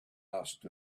asked